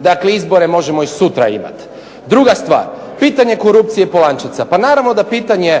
Dakle izbore možemo već sutra imati. Druga stvar, pitanje korupcije POlančeca. Pa naravno da pitanje